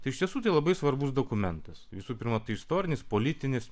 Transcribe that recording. tai iš tiesų tai labai svarbus dokumentas visų pirma tai istorinis politinis